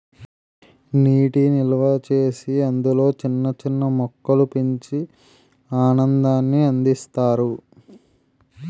నీటి నిల్వచేసి అందులో చిన్న చిన్న మొక్కలు పెంచి ఆనందాన్ని అందిస్తారు